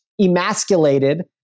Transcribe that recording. emasculated